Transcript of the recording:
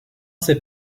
ces